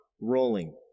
rolling